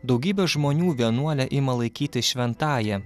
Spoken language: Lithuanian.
daugybė žmonių vienuolę ima laikyti šventąja